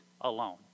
alone